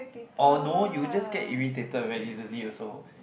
although you just get irritated very easily also